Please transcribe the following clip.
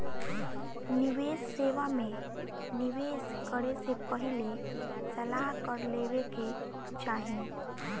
निवेश सेवा में निवेश करे से पहिले सलाह कर लेवे के चाही